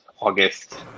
August